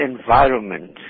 environment